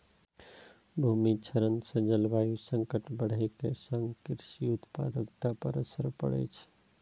भूमि क्षरण सं जलवायु संकट बढ़ै के संग कृषि उत्पादकता पर असर पड़ै छै